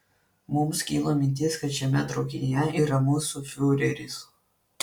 mums kilo mintis kad šiame traukinyje yra mūsų fiureris